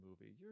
movie